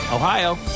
Ohio